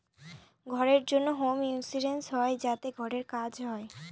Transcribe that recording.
ঘরের জন্য home insurance হয় যাতে ঘরের কাজ হয়